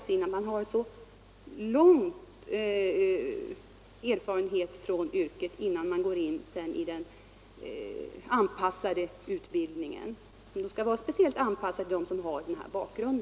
Dessa elever har en lång erfarenhet från yrket när de går in i den utbildning som skall vara speciellt anpassad för dem som har denna bakgrund.